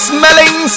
Smelling